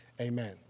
amen